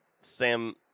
Sam